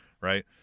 right